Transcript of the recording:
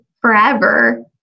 forever